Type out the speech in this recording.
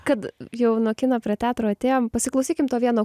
kad jau nuo kino prie teatro atėjom pasiklausykim to vieno